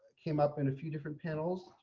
came up in a few different panels.